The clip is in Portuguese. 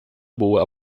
boa